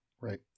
Right